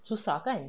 susah kan